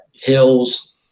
hills